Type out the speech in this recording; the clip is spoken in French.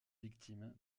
victime